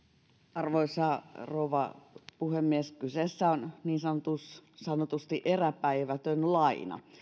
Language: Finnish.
arvoisa rouva puhemies kyseessä on niin sanotusti eräpäivätön laina